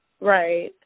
Right